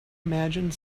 imagine